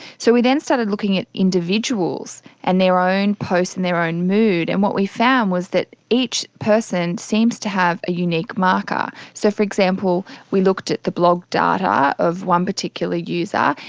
so we then started looking at individuals and their own post and their own mood, and what we found was that each person seems to have a unique marker. so, for example, we looked at the blog data of one particular user,